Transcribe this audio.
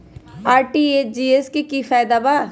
RTGS से की की फायदा बा?